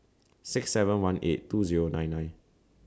six seven one eight two Zero nine nine